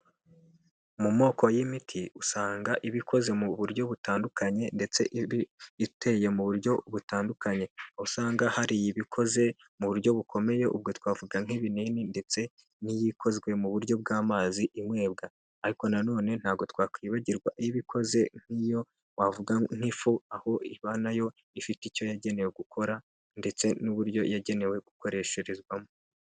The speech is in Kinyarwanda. Mu moko y'imiti usanga iba ikoze mu buryo butandukanye ndetse iba iteye mu buryo butandukanye, aho usanga hari ibikoze mu buryo bukomeye ubwo twavuga nk'ibinini, ndetse n'iy'ikozwe mu buryo bw'amazi inywebwa, ariko nanone ntabwo twakwibagirwa iba ikoze nk'iyo wavuga nk'ifu, aho iba nayo ifite icyo yagenewe gukora, ndetse n'uburyo yagenewe gukoresherezwamo.